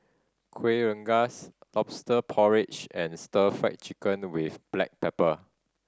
Kuih Rengas Lobster Porridge and Stir Fry Chicken with black pepper